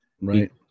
right